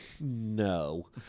No